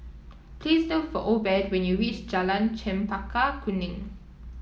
please look for Obed when you reach Jalan Chempaka Kuning